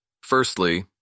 Firstly